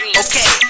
okay